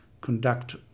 conduct